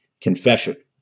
confession